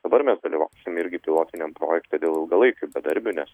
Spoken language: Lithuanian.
dabar mes dalyvausim irgi pilotiniam projekte dėl ilgalaikių bedarbių nes